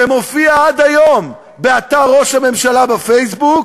שמופיע עד היום באתר ראש הממשלה בפייסבוק,